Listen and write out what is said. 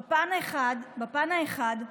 בפן האחד,